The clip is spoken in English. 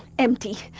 empty!